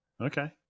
Okay